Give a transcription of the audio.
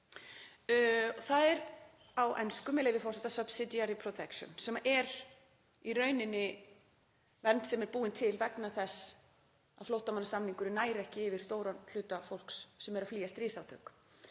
Það er á ensku, með leyfi forseta, „susbsidiary protection“ sem er í rauninni vernd sem er búin til vegna þess að flóttamannasamningurinn nær ekki yfir stóran hluta fólks sem er að flýja stríðsátök.